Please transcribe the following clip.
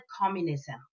communism